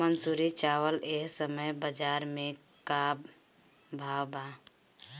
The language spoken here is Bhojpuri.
मंसूरी चावल एह समय बजार में का भाव बा?